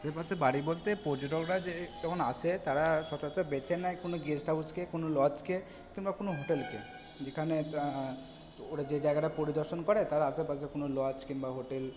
আশেপাশে বাড়ি বলতে পর্যটকরা যে যখন আসে তারা সচরাচর বেছে নেয় কোনো গেস্ট হাউজকে কোনো লজকে কিংবা কোনো হোটেলকে যেখানে ওরা যে জায়গাটা পরিদর্শন করে তার আশেপাশে কোনো লজ কিংবা হোটেল